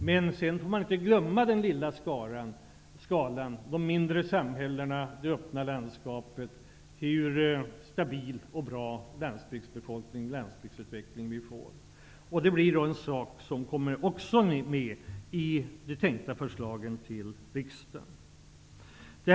Men sedan får man inte glömma den lilla skalan, de mindre samhällena, det öppna landskapet och hur stabil och bra landsbygdsbefolkning och landsbygdsutveckling vi får. Detta skall också komma med i de tänkta förslagen till riksdagen.